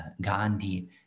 Gandhi